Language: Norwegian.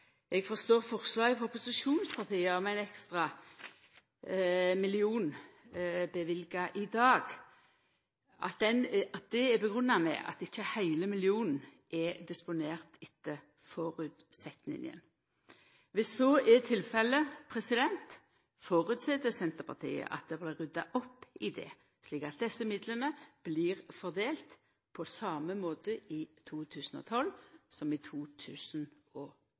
Eg forstår at forslaget frå opposisjonspartia om ein ekstra million løyvd i dag er grunngjeve med at ikkje heile millionen er disponert etter føresetnaden. Dersom så er tilfellet, føreset Senterpartiet at det blir rydda opp i det, slik at desse midlane blir fordelte på same måte i 2012 som i